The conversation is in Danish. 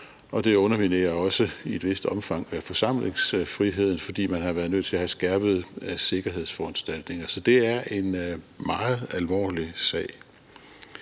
Og den underminerer også i et vist omfang forsamlingsfriheden, fordi man har været nødt til at have skærpede sikkerhedsforanstaltninger. Så det er en meget alvorlig sag.